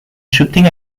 shooting